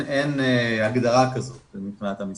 אין הגדרה כזאת מבחינת המשרד.